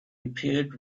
appeared